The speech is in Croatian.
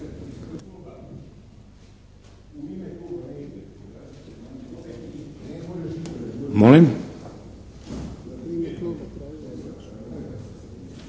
Molim?